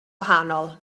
wahanol